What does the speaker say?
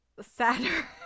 sadder